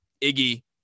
Iggy